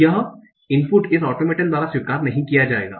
तो यह इनपुट इस ऑटोमेटन द्वारा स्वीकार नहीं किया जाएगा